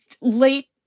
late